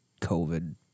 covid